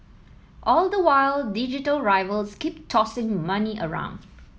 all the while digital rivals keep tossing money around